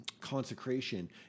consecration